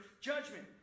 judgment